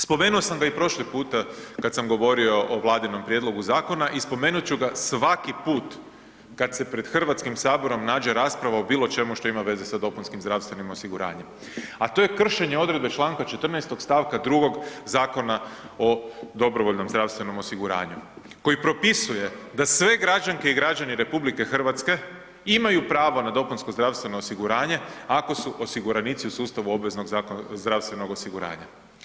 Spomenuo sam da je prošli puta kad sam govorio o Vladinom prijedlogu zakona i spomenut ću ga svaki put kad se pred Hrvatskim saborom nađe rasprava o bilo čemu što ima veze sa dopunskim zdravstvenim osiguranjem a to je kršenje odredbe čl. 14. stavka 2. Zakona o dobrovoljnom zdravstvenom osiguranju koji propisuje da sve građanke i građani RH imaju pravo na dopunsko zdravstveno osiguranje ako su osiguranici u sustavu obveznog zdravstvenog osiguranja.